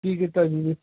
ਕੀ ਕੀਤਾ ਸੀ ਜੀ